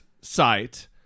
site